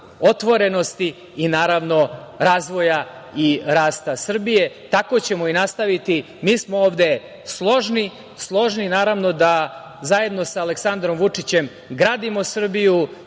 otvorenosti i naravno razvoja i rasta Srbije. Tako ćemo i nastaviti. Mi smo ovde složni, složni da zajedno sa Aleksandrom Vučićem gradimo Srbiju,